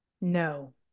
No